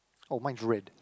oh mine is red